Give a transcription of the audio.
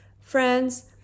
friends